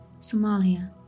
Somalia